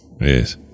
Yes